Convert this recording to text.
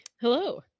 Hello